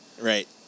Right